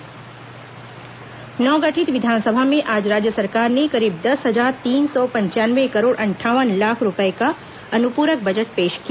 विधानसभा अनुपूरक बजट नवगठित विधानसभा में आज राज्य सरकार ने करीब दस हजार तीन सौ पंचानवे करोड़ अंठावन लाख रूपये का अनुपूरक बजट पेश किया